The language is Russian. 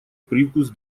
привкус